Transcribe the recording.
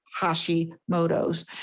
Hashimoto's